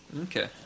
Okay